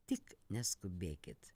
tik neskubėkit